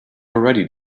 already